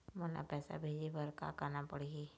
मोला पैसा भेजे बर का करना पड़ही?